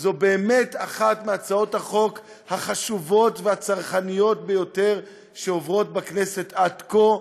זו באמת אחת מהצעות החוק החשובות והצרכניות ביותר שעוברות בכנסת עד כה,